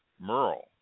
Merle